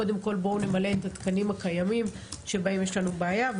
קודם כל בואו נמלא את התקנים הקיימים שבהם יש לנו בעיה.